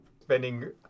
spending